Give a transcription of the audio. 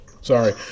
Sorry